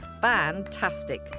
fantastic